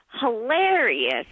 hilarious